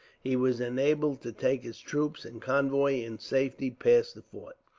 he was enabled to take his troops and convoy in safety past the fort.